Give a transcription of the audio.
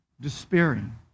despairing